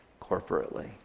corporately